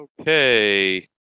Okay